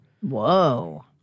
Whoa